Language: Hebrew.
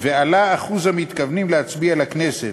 ועלה אחוז המתכוונים להצביע לכנסת.